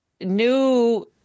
new